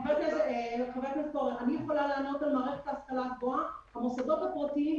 הנושא של הסטודנטים הוא